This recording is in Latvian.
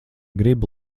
gribu